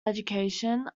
education